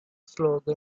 slogan